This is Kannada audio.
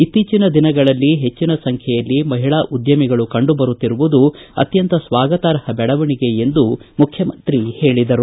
ಇತ್ತೀಚಿನ ದಿನಗಳಲ್ಲಿ ಹೆಚ್ಚಿನ ಸಂಖ್ಯೆಯಲ್ಲಿ ಮಹಿಳಾ ಉದ್ಯಮಿಗಳು ಕಂಡುಬರುತ್ತಿರುವುದು ಅತ್ಯಂತ ಸ್ನಾಗತಾರ್ಹ ಬೆಳವಣಿಗೆ ಎಂದು ಮುಖ್ಯಮಂತ್ರಿ ಹೇಳಿದರು